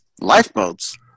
Lifeboats